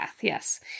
yes